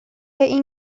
این